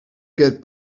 get